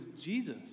Jesus